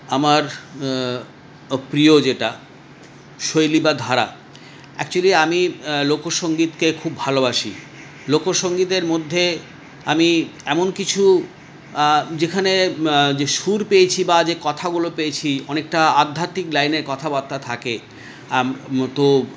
আমার প্রিয় যেটা শৈলী বা ধারা একচুয়েলি আমি লোকসঙ্গীতকে খুব ভালোবাসি লোকসঙ্গীতের মধ্যে আমি এমন কিছু যেখানে যে সুর পেয়েছি বা যে কথাগুলো পেয়েছি অনেকটা আধ্যাত্বিক লাইনের কথাবার্তা থাকে আম তো